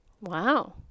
Wow